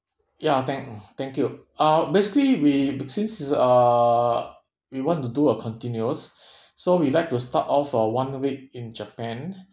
ya thank thank you uh basically we but since it's uh we want to do a continuous so we like to start off uh one week in japan